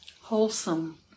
wholesome